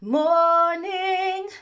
morning